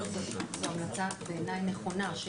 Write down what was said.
זו המלצה בעיניי נכונה.